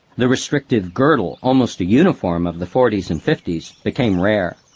the restrictive girdle almost a uniform of the forties and fifties-became rare.